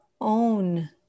own